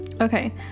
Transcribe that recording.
okay